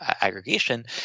aggregation